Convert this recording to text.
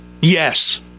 Yes